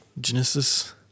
Genesis